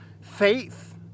faith